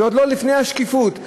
זה עוד לפני השקיפות.